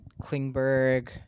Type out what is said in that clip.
Klingberg